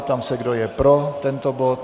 Ptám se, kdo je pro tento bod.